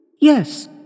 Yes